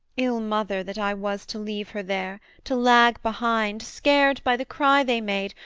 ill mother that i was to leave her there, to lag behind, scared by the cry they made,